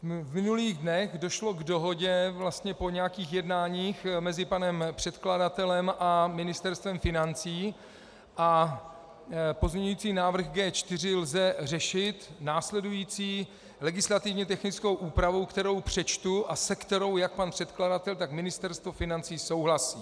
V minulých dnech došlo k dohodě po nějakých jednáních mezi panem předkladatelem a Ministerstvem financí a pozměňovací návrh G4 lze řešit následující legislativně technickou úpravou, kterou přečtu a se kterou jak pan předkladatel, tak Ministerstvo financí souhlasí.